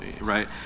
right